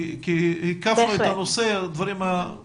כי הקפנו את הנושא, אז הדברים המרכזיים.